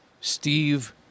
Steve